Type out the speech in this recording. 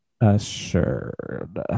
assured